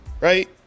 right